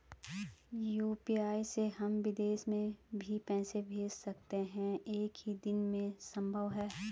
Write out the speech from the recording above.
UPI से हम विदेश में भी पैसे भेज सकते हैं एक ही दिन में संभव है?